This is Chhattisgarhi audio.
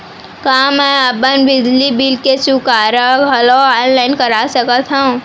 का मैं अपन बिजली बिल के चुकारा घलो ऑनलाइन करा सकथव?